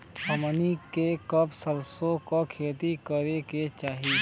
हमनी के कब सरसो क खेती करे के चाही?